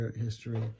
history